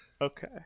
Okay